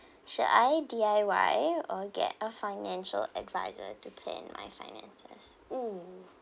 should I D_I_Y or get a financial adviser to plan my finances mm